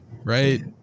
right